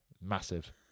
massive